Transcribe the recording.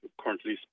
currently